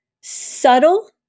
subtle